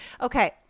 Okay